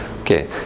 Okay